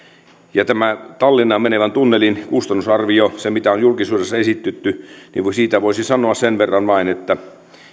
tästä tallinnaan menevän tunnelin kustannusarviosta siitä mitä on julkisuudessa esitetty voisi sanoa sen verran vain että